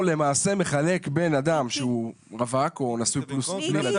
למעשה זה מחלק בין אדם הוא רווק או נשוי ללא ילדים --- מיקי,